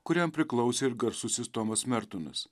kuriam priklausė ir garsusis tomas mertonas